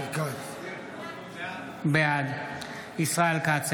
בעד ישראל כץ,